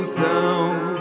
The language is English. sound